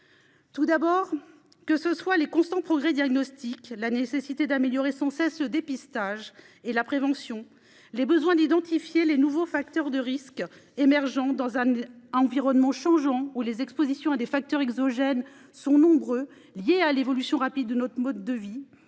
pour plusieurs raisons. Les constants progrès des diagnostics, la nécessité d'améliorer sans cesse le dépistage et la prévention, les besoins d'identifier les facteurs de risques émergents dans un environnement changeant où les expositions à des facteurs exogènes sont nombreuses et liées à l'évolution rapide de notre mode de vie,